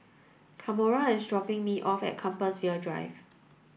Kamora is dropping me off at Compassvale Drive